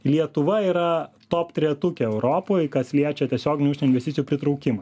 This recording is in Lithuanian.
lietuva yra top trejetuke europoj kas liečia tiesioginių užsienio investicijų pritraukimą